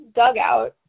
dugout